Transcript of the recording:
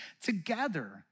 together